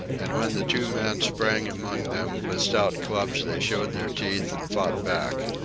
and when the two men sprang among them with stout clubs they showed their teeth and fought back.